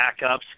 backups